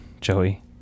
Joey